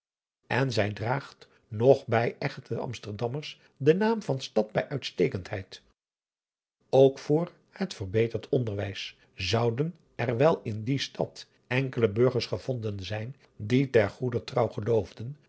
en zij draagt nog bij echte amsterdammers den naam van stad bij uitstekendheid ook vr het verbeterd onderwijs adriaan loosjes pzn het leven van johannes wouter blommesteyn zouden er wel in die stad enkele burgers gevonden zijn die ter goeder trouw